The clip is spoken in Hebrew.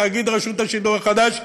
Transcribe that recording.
תאגיד רשות השידור החדש,